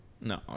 No